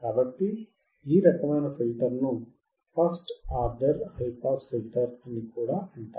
కాబట్టి ఈ రకమైన ఫిల్టర్ను ఫస్ట్ ఆర్డర్ హైపాస్ ఫిల్టర్ అని కూడా అంటారు